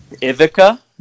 ivica